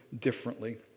differently